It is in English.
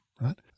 right